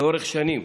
לאורך שנים,